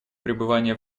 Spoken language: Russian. пребывания